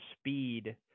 speed